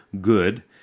good